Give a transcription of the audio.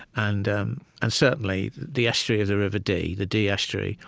and um and certainly, the estuary of the river dee, the dee estuary,